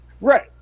Right